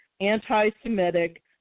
anti-Semitic